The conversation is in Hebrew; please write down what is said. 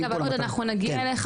כן, אבל הוד, אנחנו נגיע אליך.